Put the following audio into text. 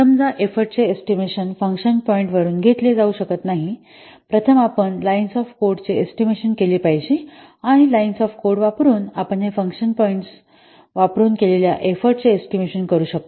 समजा एफर्टचे estimation function पॉईंटवरुन घेतले जाऊ शकत नाही प्रथम आपण लाईन्स ऑफ कोड चे एस्टिमेशन केले पाहिजे आणि लाईन्स ऑफ कोड वापरुन आपण हे फंक्शन पॉईंट्स वापरुन केलेल्या एफर्टचे एस्टिमेशन करू शकतो